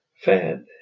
fat